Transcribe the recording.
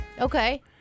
Okay